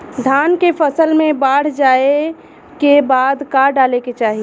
धान के फ़सल मे बाढ़ जाऐं के बाद का डाले के चाही?